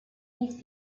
these